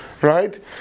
Right